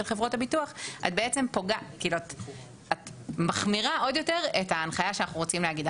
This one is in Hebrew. חברות הביטוח את מחמירה עוד יותר את ההנחיה שאנחנו רוצים להגיד.